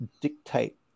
dictate